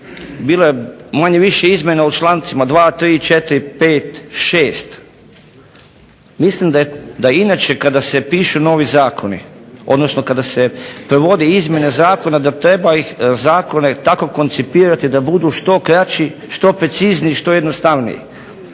bilo je manje-više izmjena u člancima 2., 3., 4., 5., 6. Mislim da inače kada se pišu novi zakoni, odnosno kada se provodi izmjena zakona da treba ih zakone tako koncipirati da budu što kraći, što precizniji, što jednostavniji.